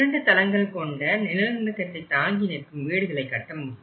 இரண்டு தளங்கள் கொண்ட நிலநடுக்கத்தைத் தாங்கி நிற்கும் வீடுகளை கட்டமுடியும்